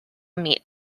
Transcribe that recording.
meat